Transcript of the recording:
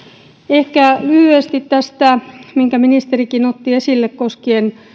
ehkä lyhyesti tästä minkä ministerikin otti esille koskien